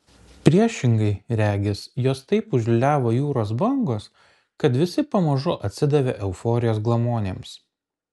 priešingai regis juos taip užliūliavo jūros bangos kad visi pamažu atsidavė euforijos glamonėms